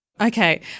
Okay